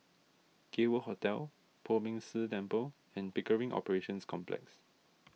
Gay World Hotel Poh Ming Tse Temple and Pickering Operations Complex